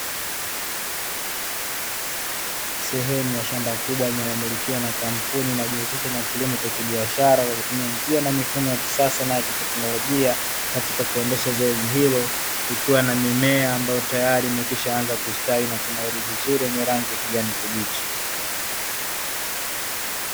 Sehemu ya shamba kubwa linalomilikiwa na kampuni inayojihusisha na kilimo cha kibiashara kwa kutumia njia na mifumo ya kisasa ya kiteknolojia katika kuendesha zoezi hilo. Ikiwa na mimea ambayo tayari imeanza kustawi na kunawiri vizuri, yenye rangi ya kijani kibichi.